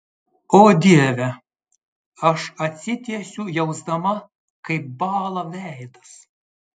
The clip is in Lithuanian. o dieve aš atsitiesiu jausdama kaip bąla veidas